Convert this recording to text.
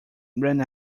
ran